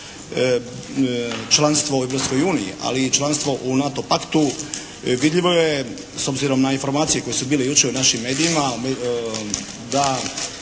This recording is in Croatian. članstvo u Europskoj uniji ali i članstvo u NATO paktu vidljivo je s obzirom na informacije koje su bile jučer u našim medijima da